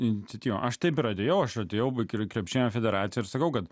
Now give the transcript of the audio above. iniciatyva aš taip ir atėjau aš atėjau į krepšinio federaciją ir sakau kad